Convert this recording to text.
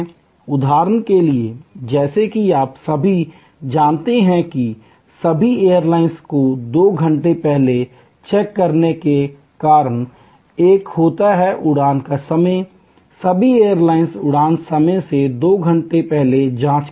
उदाहरण के लिए जैसा कि आप सभी जानते हैं कि सभी एयरलाइनों को दो घंटे पहले चेक करने के कारण एक होता है उड़ान का समय सभी एयरलाइंस उड़ान समय से दो घंटे पहले जांच करती हैं